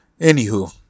Anywho